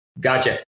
Gotcha